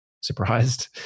surprised